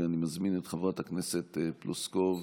ואני מזמין את חברת הכנסת פלוסקוב